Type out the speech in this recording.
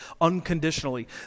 unconditionally